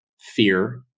fear